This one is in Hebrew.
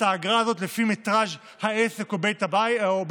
האגרה הזאת לפי מטרז' העסק או בית המגורים,